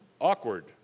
awkward